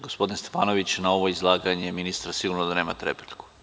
Gospodine Stefanoviću, na ovo izlaganje ministra sigurno da nemate repliku.